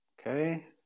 Okay